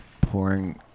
pouring